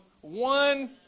one